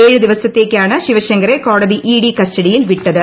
ഏഴ് ദിവസത്തേയ്ക്കാണ് ശിവശങ്കറെ കോടതി ഇഡി കസ്റ്റഡിയിൽ വിട്ടത്